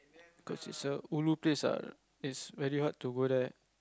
cause it's a ulu place ah it's very hard to go there